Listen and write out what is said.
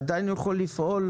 עדיין יכול לפעול?